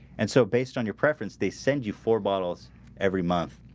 and so based on your preference they send you four bottles every month